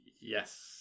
Yes